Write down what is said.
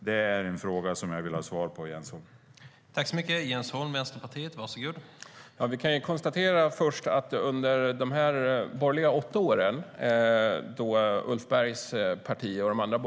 Det är en fråga jag vill ha svar på, Jens Holm.